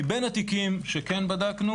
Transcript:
מבין התיקים שכן בדקנו